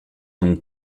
donc